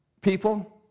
people